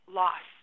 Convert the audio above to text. loss